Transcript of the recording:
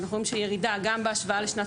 אנחנו רואים שיש ירידה גם בהשוואה לשנת